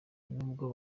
nubwo